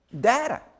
data